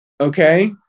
okay